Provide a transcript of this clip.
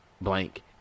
blank